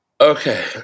Okay